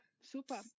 super